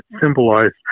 symbolized